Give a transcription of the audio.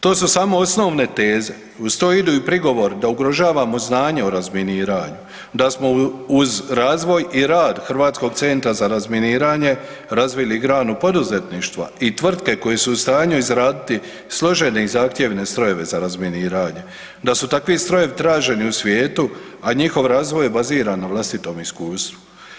To su samo osnovne teze, uz to ide i prigovor da ugrožavamo znanje o razminiranju, da smo uz razvoj i rad Hrvatskog centra za razminiranje razvili granu poduzetništva i tvrtke koje su u stanju izraditi složene i zahtjevne strojeve za razminiranje, da su takvi strojevi traženi u svijetu, a njihov razvoj je baziran na vlastitom iskustvu.